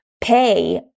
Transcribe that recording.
pay